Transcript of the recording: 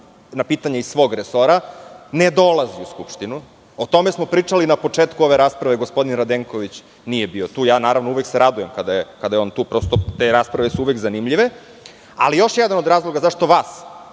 na pitanja iz svog resora, ne dolazi u Skupštinu.O tome smo pričali na početku ove rasprave. Gospodin Radenković nije bio tu. Naravno, uvek se radujem kada je on tu. Te rasprave su uvek zanimljive, ali još jedan od razloga zašto